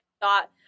thought